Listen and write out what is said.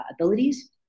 abilities